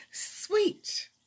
Sweet